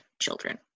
children